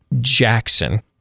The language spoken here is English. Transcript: Jackson